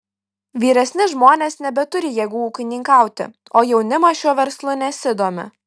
vyresni žmonės nebeturi jėgų ūkininkauti o jaunimas šiuo verslu nesidomi